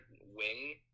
wing